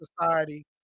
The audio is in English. society